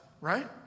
right